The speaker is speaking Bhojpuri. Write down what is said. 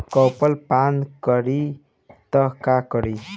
कॉपर पान करी त का करी?